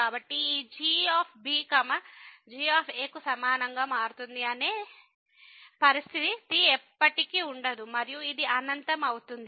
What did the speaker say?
కాబట్టి ఈ g g కు సమానంగా మారుతుంది అనే పరిస్థితి ఎప్పటికీ ఉండదు మరియు ఇది అనంతం అవుతుంది